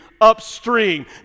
upstream